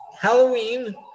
Halloween